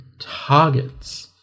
targets